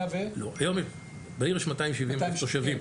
בעיר יש 270 אלף תושבים,